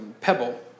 pebble